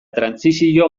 trantsizio